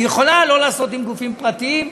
היא יכולה לא לעשות עם גופים פרטיים,